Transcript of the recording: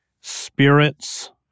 spirits